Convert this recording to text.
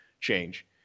change